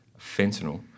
fentanyl